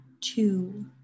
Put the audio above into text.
Two